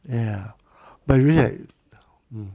ya by right hmm